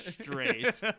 straight